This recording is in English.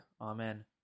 Amen